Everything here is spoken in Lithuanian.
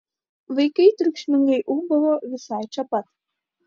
vaikai triukšmingai ūbavo visai čia pat